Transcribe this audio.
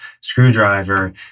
screwdriver